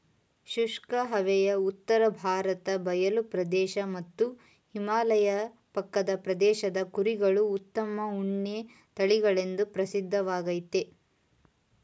ಶುಷ್ಕ ಹವೆಯ ಉತ್ತರ ಭಾರತ ಬಯಲು ಪ್ರದೇಶ ಮತ್ತು ಹಿಮಾಲಯ ಪಕ್ಕದ ಪ್ರದೇಶದ ಕುರಿಗಳು ಉತ್ತಮ ಉಣ್ಣೆ ತಳಿಗಳೆಂದು ಪ್ರಸಿದ್ಧವಾಗಯ್ತೆ